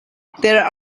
there